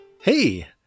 Hey